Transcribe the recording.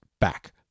back